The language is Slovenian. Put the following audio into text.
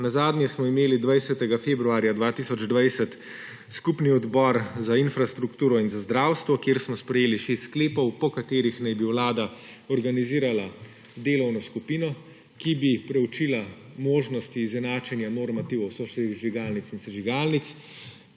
Nazadnje smo imeli 20. februarja 2020 skupni odbor za infrastrukturo in za zdravstvo, kjer smo sprejeli 6 sklepov, po katerih naj bi vlada organizirala delovno skupino, ki bi preučila možnosti izenačenja normativov sosežigalnic in sežigalnic,